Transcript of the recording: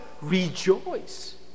rejoice